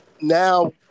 now